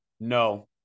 No